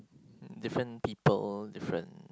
different people different